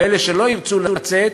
ואלה שלא ירצו לצאת,